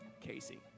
Casey